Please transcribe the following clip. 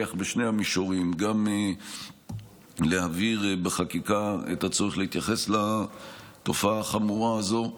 נצליח בשני המישורים: להעביר בחקיקה את הצורך להתייחס לתופעה החמורה זו,